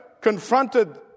confronted